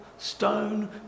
Stone